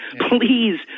Please